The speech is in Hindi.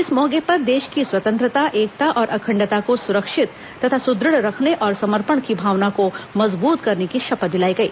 इस मौके पर देश की स्वतंत्रता एकता और अखंडता को सुरक्षित तथा सुदृढ़ रखने और समर्पण की भावना की मजबूत करने की शपथ दिलाई गई